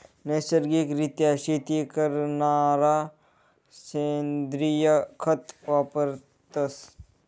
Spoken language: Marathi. नैसर्गिक रित्या शेती करणारा सेंद्रिय खत वापरतस